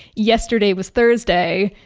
yesterday was thursday.